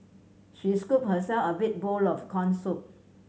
she scooped herself a big bowl of corn soup